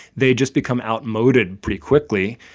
they just become outmoded pretty quickly.